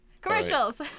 Commercials